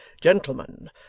gentlemen